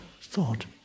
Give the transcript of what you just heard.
thought